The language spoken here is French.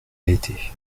été